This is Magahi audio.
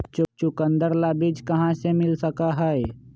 चुकंदर ला बीज कहाँ से मिल सका हई?